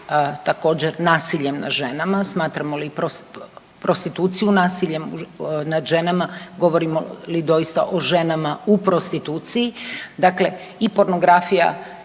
također nasiljem nad ženama, smatramo li i prostituciju nasiljem nad ženama, govorilo mi doista o ženama u prostituciji. Dakle i pornografija